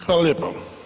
Hvala lijepo.